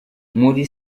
muri